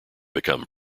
become